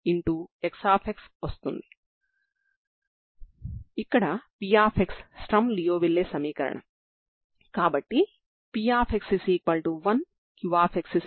ఇది పరిమిత డొమైన్ కాబట్టి ఎప్పటిలాగే పరిష్కారాన్ని కనుగొనండి